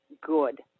good